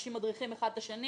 שאנשים מדריכים אחד את השני,